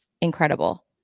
incredible